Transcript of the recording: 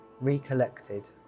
recollected